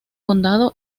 condado